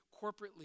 corporately